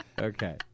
Okay